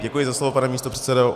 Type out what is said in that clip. Děkuji za slovo, pane místopředsedo.